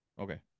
Okay